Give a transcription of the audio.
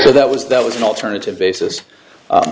so that was that was an alternative basis